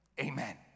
amen